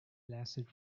lasted